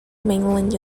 mainland